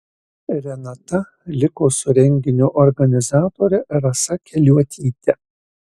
renata liko su renginio organizatore rasa keliuotyte